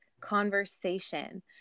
conversation